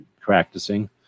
practicing